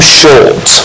short